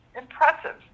impressive